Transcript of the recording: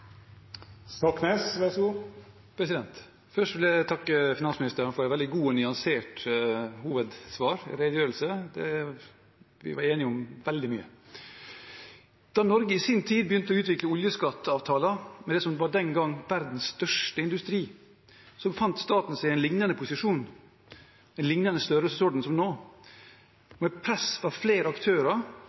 Først vil jeg takke finansministeren for en veldig god og nyansert redegjørelse. Vi er enige om veldig mye. Da Norge i sin tid begynte å utvikle oljeskatteavtaler med det som den gangen var verdens største industri, befant staten seg i en liknende posisjon og en liknende størrelsesorden som nå. Med press fra flere aktører